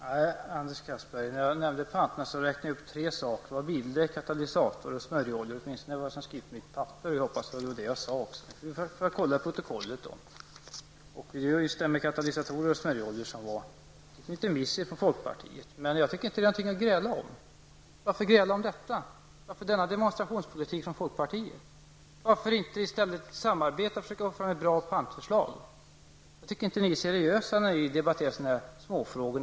Herr talman! Nej, Anders Castberger, när jag nämnde panterna räknade jag upp tre saker: bildäck, katalysatorer och smörjoljor. Åtminstone är detta vad jag har skrivit i mitt manus, och jag hoppas att det också var vad jag sade. Vi får väl kontrollera saken i protokollet. Det var just förslagen om katalysatorer och smörjoljor som jag menar var en liten miss från folkpartiet. Men det är inget att gräla om. Varför gräla om detta? Varför denna demonstrationspolitik från folkpartiet? Varför inte i stället samarbeta och försöka få fram ett bra pantförslag? Jag tycker inte att ni är seriösa när ni debatterar sådana här småfrågor.